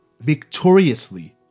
victoriously